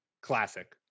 classic